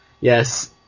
Yes